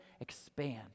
expand